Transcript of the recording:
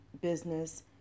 business